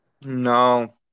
No